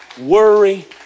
worry